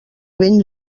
vent